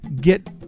get